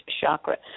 chakra